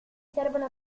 servono